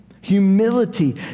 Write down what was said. Humility